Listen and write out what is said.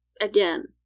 Again